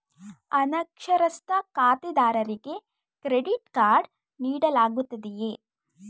ಅನಕ್ಷರಸ್ಥ ಖಾತೆದಾರರಿಗೆ credit card ನೀಡಲಾಗುತ್ತದೆಯೇ?